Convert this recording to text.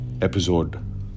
episode